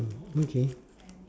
okay